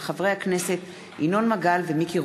מאת חברי הכנסת יעקב מרגי,